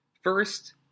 First